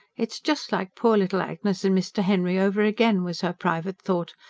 it's just like poor little agnes and mr. henry over again, was her private thought.